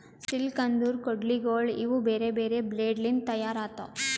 sickle ಅಂದುರ್ ಕೊಡ್ಲಿಗೋಳ್ ಇವು ಬೇರೆ ಬೇರೆ ಬ್ಲೇಡ್ ಲಿಂತ್ ತೈಯಾರ್ ಆತವ್